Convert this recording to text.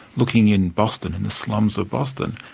looking in boston, in the slums of boston,